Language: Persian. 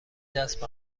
دست